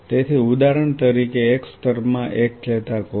તેથી ઉદાહરણ તરીકે એક સ્તરમાં એક ચેતાકોષ